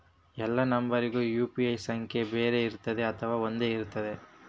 ಎಲ್ಲಾ ನಂಬರಿಗೂ ಯು.ಪಿ.ಐ ಸಂಖ್ಯೆ ಬೇರೆ ಇರುತ್ತದೆ ಅಥವಾ ಒಂದೇ ಇರುತ್ತದೆ?